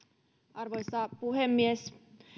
arvoisa puhemies